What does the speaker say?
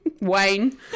Wayne